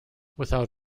without